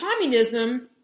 communism